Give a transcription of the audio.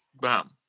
Bam